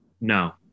No